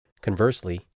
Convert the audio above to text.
Conversely